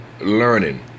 learning